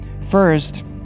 First